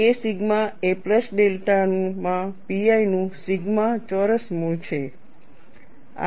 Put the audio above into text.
K sigma એ plus delta માં pi નું સિગ્મા ચોરસ મૂળ છે